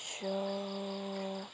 show